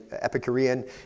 Epicurean